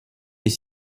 est